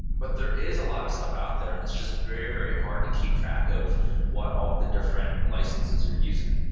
but there is a lot of stuff out there and it's just very, very hard to keep track of what all of the different licenses you're using.